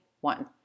one